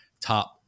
top